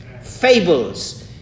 fables